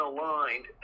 aligned